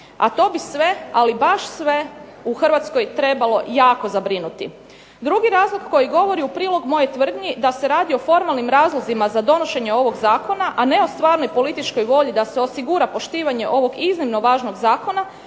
a to bi sve ali baš sve u Hrvatskoj trebalo jako zabrinuti. Drugi razlog koji govori u prilog mojoj tvrdnji da se radi o formalnim razlozima za donošenje ovog zakona, a ne o stvarnoj političkoj volji da se osigura poštivanje ovog iznimno važnog zakona